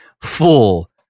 full